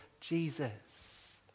Jesus